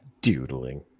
Doodling